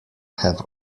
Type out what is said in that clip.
have